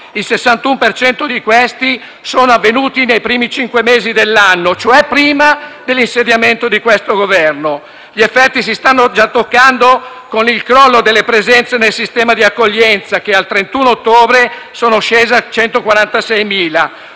cento di questi è avvenuto nei primi cinque mesi dell'anno, cioè prima dell'insediamento di questo Governo. Gli effetti si stanno già toccando, con il crollo delle presenze nel sistema di accoglienza, che al 31 ottobre sono scese a 146.000,